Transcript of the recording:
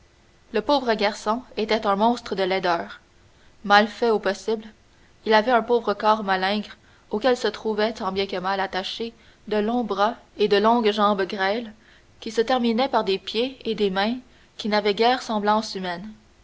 le pauvre garçon était un monstre de laideur mal fait au possible il avait un pauvre corps malingre auquel se trouvaient tant bien que mal attachés de longs bras et de longues jambes grêles qui se terminaient par des pieds et des mains qui n'avaient guère semblance humaine